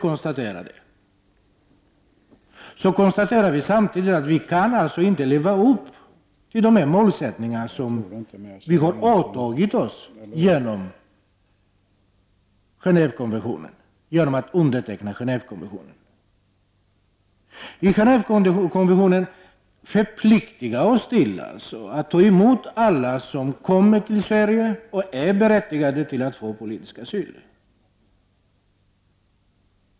Samtidigt konstate rar vi att vi inte kan leva upp till de målsättningar som vi har åtagit oss i och med att vi har undertecknat Genåvekonventionen. Genåévekonventionen förpliktigar oss att ta emot alla som kommer till Sverige och som är berättigade att få politisk asyl.